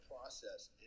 process